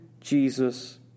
Jesus